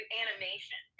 animation